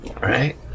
right